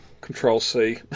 Control-C